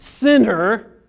sinner